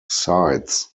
sides